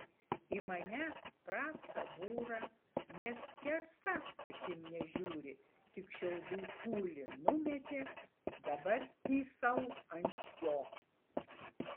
į mane prastą būrą nė skersa akim nežiūri tik šiaudų kūlį numetė dabar tysau ant jo